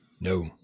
No